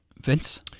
Vince